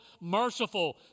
merciful